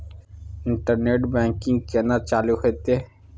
Internet banking केना चालू हेते?